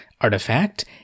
artifact